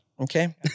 Okay